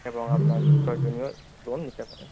এবং আপনার প্রয়োজনীয় লোন নিতে পারেন